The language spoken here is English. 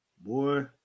boy